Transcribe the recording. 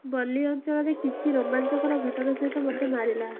ବଲି ଅଞ୍ଚଳରେ କିଛି ରୋମାଞ୍ଚକର ଘଟଣା ସହିତ ମୋତେ ମାରିଲା